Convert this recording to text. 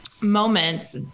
moments